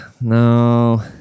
No